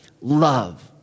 love